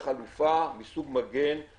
בבקשה, ראש המל"ל, תענה לחבר הכנסת לפיד.